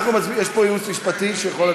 יש פה ייעוץ משפטי שיכול,